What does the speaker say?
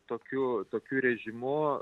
tokiu tokiu režimu